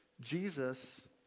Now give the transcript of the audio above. Jesus